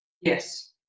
Yes